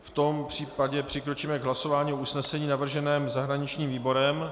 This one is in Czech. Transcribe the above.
V tom případě přikročíme k hlasování o usnesení navrženém zahraničním výborem.